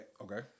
Okay